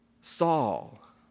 Saul